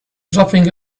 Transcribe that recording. dropping